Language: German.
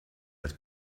das